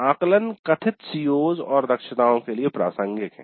आकलन कथित CO's और दक्षताओं के लिए प्रासंगिक है